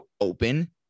open